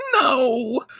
no